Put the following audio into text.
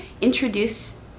introduce